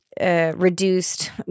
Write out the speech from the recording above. Reduced